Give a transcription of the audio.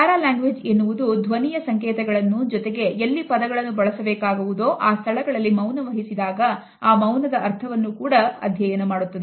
para language ಎನ್ನುವುದು ಧ್ವನಿಯ ಸಂಕೇತಗಳನ್ನು ಜೊತೆಗೆ ಎಲ್ಲಿ ಪದಗಳನ್ನು ಬಳಸಬೇಕಾಗುವುದು ಆ ಸ್ಥಳಗಳಲ್ಲಿ ಮೌನವಹಿಸಿದಾಗ ಆ ಮೌನದ ಅರ್ಥವನ್ನು ಕೂಡ ಅಧ್ಯಯನ ಮಾಡುತ್ತದೆ